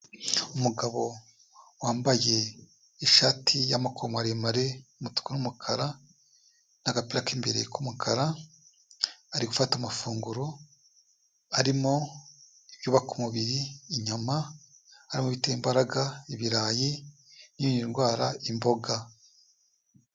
Umugabo wambaye ishati y'amaboko maremare, umutuku n'umukara n'agapira k'imbere k'umukara, ari gufata amafunguro arimo ibyubaka umubiri inyama, harimo ibitera imbaraga ibirayi, ibirinda indwara imboga.